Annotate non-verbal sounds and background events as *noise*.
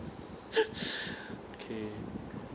*laughs* okay